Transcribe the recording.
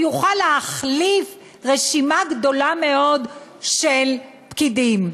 הוא יוכל להחליף רשימה גדולה מאוד של פקידים.